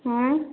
अँइ